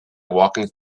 walking